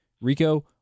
Rico